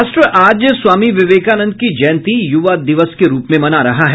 राष्ट्र आज स्वामी विवेकानंद की जयंती यूवा दिवस के रूप में मना रहा है